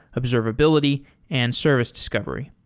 observability and service discovery.